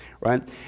right